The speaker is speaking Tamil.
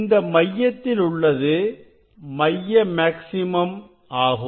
இந்த மையத்தில் உள்ளது மைய மேக்ஸிமம் ஆகும்